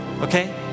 okay